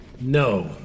No